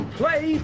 play